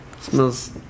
Smells